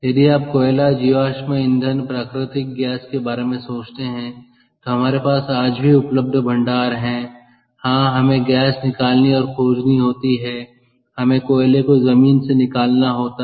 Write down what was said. यदि आप कोयला जीवाश्म ईंधन प्राकृतिक गैस के बारे में सोचते हैं तो हमारे पास आज भी उपलब्ध भंडार हैं हाँ हमें गैस निकालनी और खोजनी होती है हमें कोयले को जमीन से निकालना होता है